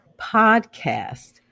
podcast